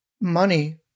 money